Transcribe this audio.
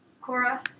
Cora